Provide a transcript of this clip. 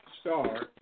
Star